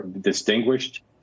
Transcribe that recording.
distinguished